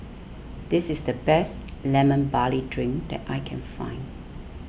this is the best Lemon Barley Drink that I can find